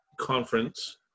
conference